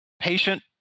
patient